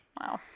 Wow